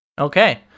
Okay